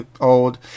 old